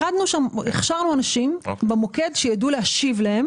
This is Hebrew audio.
הכשרנו אנשים במוקד שידעו להשיב להם